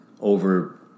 over